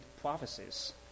prophecies